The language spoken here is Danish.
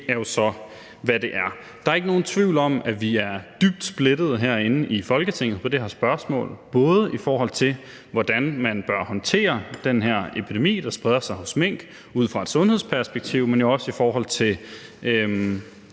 det er jo så, hvad det er. Der er ikke nogen tvivl om, at vi er dybt splittede herinde i Folketinget på det her spørgsmål, både i forhold til hvordan man bør håndtere den her epidemi, der spreder sig hos mink, ud fra et sundhedsperspektiv, men jo også i forhold til